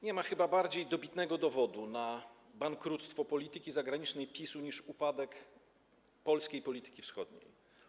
Nie ma chyba bardziej dobitnego dowodu na bankructwo polityki zagranicznej PiS-u niż upadek polskiej polityki wschodniej.